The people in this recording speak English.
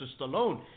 Stallone